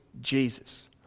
Jesus